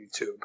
youtube